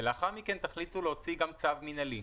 ולאחר מכן תחליטו להוציא גם צו מינהלי.